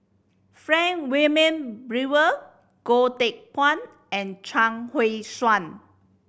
Frank Wilmin Brewer Goh Teck Phuan and Chuang Hui Tsuan